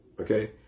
Okay